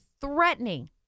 threatening